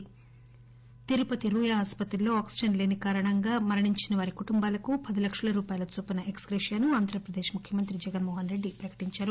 ఆంధ్రప్రదేశ్లో తిరుపతి రుయా ఆస్పత్రిలో ఆక్సిజస్ లేని కారణంగా మరించిన వారి కుటుంబాలకు పది లక్షల రూపాయల చొప్పున ఎక్స్ గ్రేషియాను ఆంధ్రప్రదేశ్ ముఖ్యమంత్రి జగన్మోహన్రెడ్డి ప్రకటించారు